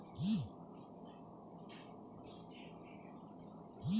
జనవరి, ఫిబ్రవరి, మార్చ్ నెలలకు నా డబ్బుపై వచ్చిన వడ్డీ ఎంత